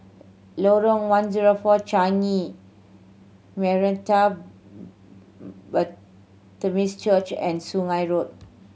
Lorong One Zero Four Changi Baptist Church and Sungei Road